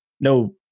no